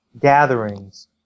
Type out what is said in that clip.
gatherings